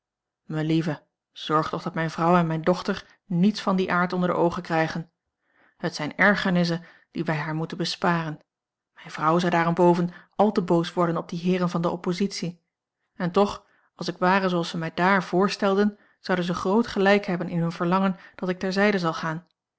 melieve zorg toch dat mijne vrouw en mijne dochter niets van dien aard onder de oogen krijgen het zijn ergernissen die wij haar moeten besparen mijne vrouw zou daarenboven al te boos worden op die heeren van de oppositie en toch als ik ware zooals ze mij dààr voorstelden zouden zij groot gelijk hebben in hun verlangen dat ik ter zijde zal gaan